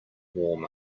warm